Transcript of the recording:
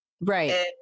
Right